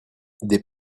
des